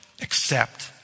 accept